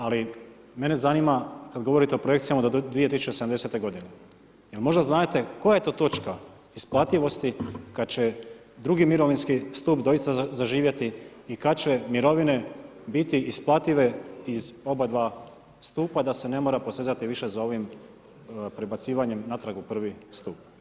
Ali mene zanima kad govorite o projekcijama do 2070 godine, jer možda znadete koja je to točka isplativosti kad će drugi mirovinski stup doista zaživjeti i kad će mirovine biti isplative iz obadva stupa da se ne mora posezati više za ovim prebacivanjem natrag u prvi stup?